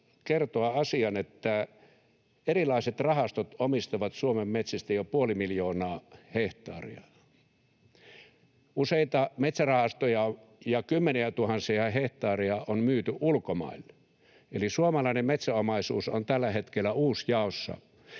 kertoa, että erilaiset rahastot omistavat Suomen metsistä jo puoli miljoonaa hehtaaria. Useita metsärahastoja ja kymmeniä tuhansia hehtaareja on myyty ulkomaille, eli suomalainen metsäomaisuus on tällä hetkellä uusjaossa.